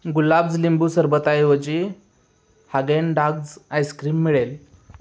गुलाब्ज लिंबू सरबतऐवजी Haagen Dazs ice cream मिळेल